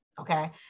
Okay